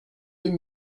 deux